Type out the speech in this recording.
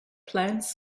plans